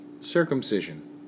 circumcision